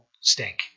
stink